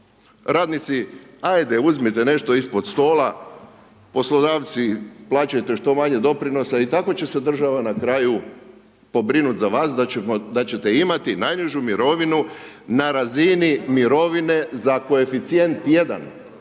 Radnici ajde uzmite nešto ispod stola, poslodavci plaćajte što manje doprinosa i tako će se država na kraju pobrinuti za vas da ćete imati najnižu mirovinu na razini mirovine za koeficijent 1,